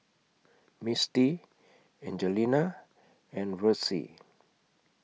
Misty Angelina and Versie